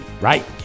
right